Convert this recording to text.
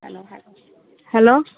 hello